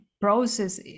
process